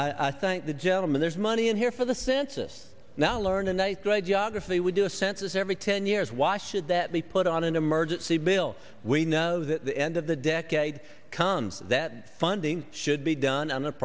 moment thank the gentleman there's money in here for the census now learned in eighth grade geography we do a census every ten years why should that be put on an emergency bill we know that the end of the decade cans that funding should be done